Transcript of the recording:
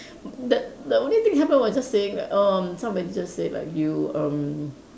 that the only thing happen was just saying that erm somebody just say like you erm